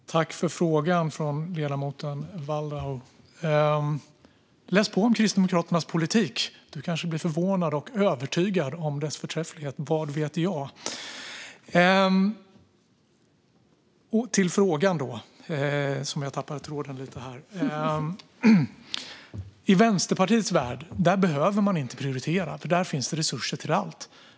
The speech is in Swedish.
Fru talman! Tack för frågan, ledamoten Waldau! Läs på om Kristdemokraternas politik! Du kanske blir förvånad över och övertygad om dess förträfflighet - vad vet jag? I Vänsterpartiets värld behöver man inte prioritera. Där finns det nämligen resurser till allt.